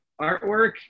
artwork